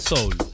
Soul